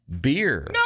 beer